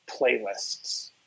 playlists